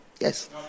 yes